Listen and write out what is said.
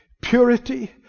purity